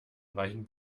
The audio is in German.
reichen